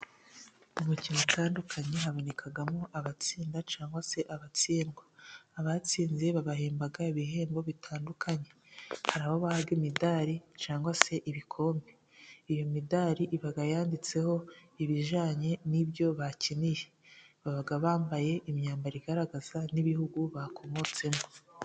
Mu mikino itandukanye habonekamo abatsinda cyangwa se abatsindwa. Abatsinze babahemba ibihembo bitandukanye. Hari abo baha imidari cyangwa se ibikombe. Iyo midari iba yanditseho ibijyanye n'ibyo bakiniye. Baba bambaye imyambaro igaragaza n'ibihugu bakomotsemo.